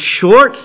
short